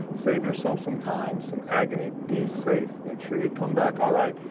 save yourself some time, some agony, be safe. make sure you come back all right.